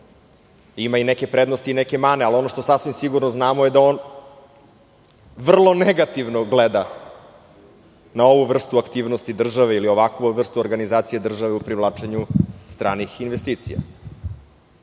Ima i neke prednosti i neke mane, ali ono što sasvim sigurno znamo je da on vrlo negativno gleda na ovu vrstu aktivnosti države ili na ovakvu vrstu organizacije države u privlačenju stranih investicija. Ko